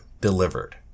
delivered